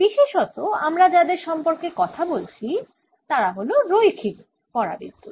বিশেষত আমরা যাদের সম্পর্কে কথা বলছি তারা হল রৈখিক পরাবিদ্যুৎ